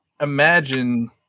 imagine